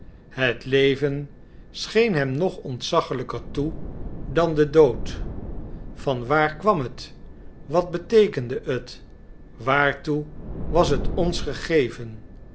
het leven scheen hem nog ontzaglijker toe dan de dood van waar kwam het wat beteekende het waartoe was het ons gegeven